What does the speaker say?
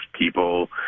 people